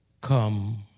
Come